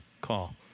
call